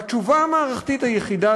התשובה המערכתית היחידה,